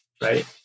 right